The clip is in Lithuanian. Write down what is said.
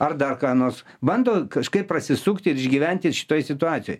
ar dar ką nors bando kažkaip prasisukti ir išgyventi ir šitoj situacijoj